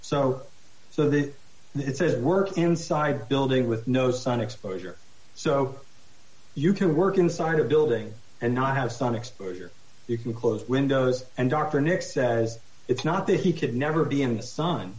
so so that it's a work inside building with no sun exposure so you can work inside a building and not have sun exposure if you close windows and dr nick says it's not that he could never be in the sun